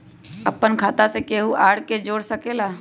अपन खाता मे केहु आर के जोड़ सके ला?